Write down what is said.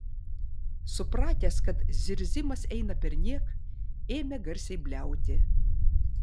supratęs kad zirzimas eina perniek ėmė garsiai bliauti